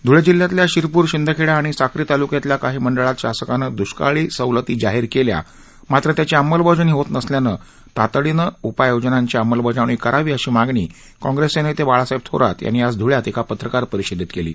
ध्ळे जिल्ह्यातल्या शिरपूर शिंदखेडा आणि साक्री ताल्क्यातल्या काही मंडळांत शासनानं द्ष्काळी सवलती जाहिर केल्या मात्र त्याची अंमलबजावणी होत नसल्यानं तातडीनं उपाय योजनांची अंमलबजावणी करावी अशी मागणी काँग्रेसचे नेते बाळासाहेब थोरात यांनी आज धळ्यात एका पत्रकार परिषदेत केली